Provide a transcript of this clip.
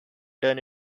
done